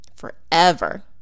Forever